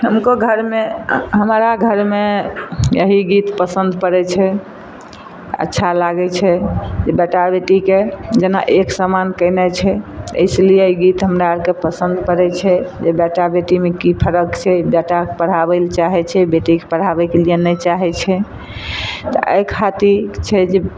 हमको घरमे हमारा घरमे यही गीत पसन्द पड़य छै अच्छा लागय छै बेटा बेटीके जेना एक सामान केनाइ छै इसीलिए ई गीत हमरा अरके ई गीत पसन्द पड़य छै जे बेटा बेटीमे की फर्क छै बेटाके पढ़ाबय लए चाहय छै बेटीके पढ़ाबयके लिये नहि चाहय छै अइ खातिर छै जे